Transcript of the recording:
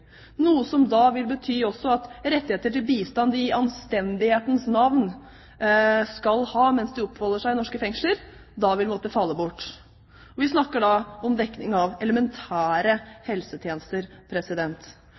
noe som da også vil bety at rettigheter til bistand de i anstendighetens navn skal ha mens de oppholder seg i norske fengsler, vil måtte falle bort. Vi snakker da om dekking av elementære